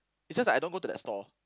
it's just that I don't go to that stall